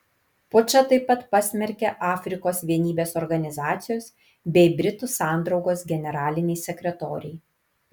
pučą taip pat pasmerkė afrikos vienybės organizacijos bei britų sandraugos generaliniai sekretoriai